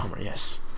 yes